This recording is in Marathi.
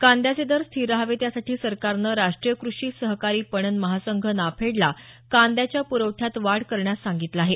कांद्याचे दर स्थिर राहावेत यासाठी सरकारनं राष्ट्रीय क्रषी सहकारी पणन महासंघ नाफेडला कांद्याच्या प्रवठ्यात वाढ करण्यास सांगितलं आहे